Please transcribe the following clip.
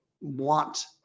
want